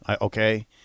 okay